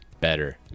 Better